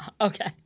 Okay